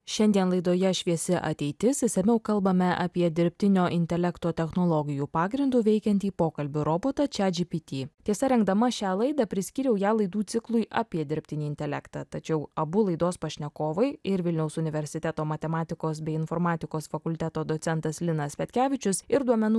šiandien laidoje šviesi ateitis išsamiau kalbame apie dirbtinio intelekto technologijų pagrindu veikiantį pokalbių robotą chatgpt tiesa rengdama šią laidą priskyriau ją laidų ciklui apie dirbtinį intelektą tačiau abu laidos pašnekovai ir vilniaus universiteto matematikos bei informatikos fakulteto docentas linas petkevičius ir duomenų